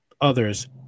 others